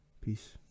peace